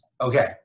Okay